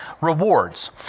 rewards